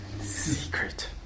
Secret